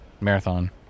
Marathon